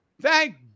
thank